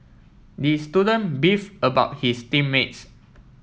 the student beef about his team mates